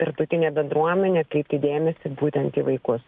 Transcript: tarptautinė bendruomenė atkreipti dėmesį būtent į vaikus